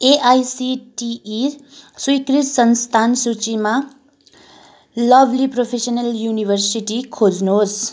AICTE स्वीकृत संस्थान सूचीमा लभ्ली प्रोफेसनल युनिभर्सिटी खोज्नुहोस्